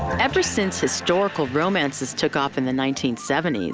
ever since historical romances took off in the nineteen seventy s,